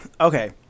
okay